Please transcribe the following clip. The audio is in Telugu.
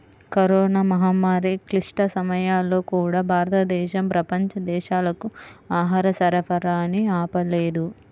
కరోనా మహమ్మారి క్లిష్ట సమయాల్లో కూడా, భారతదేశం ప్రపంచ దేశాలకు ఆహార సరఫరాని ఆపలేదు